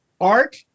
Art